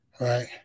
Right